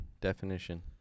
definition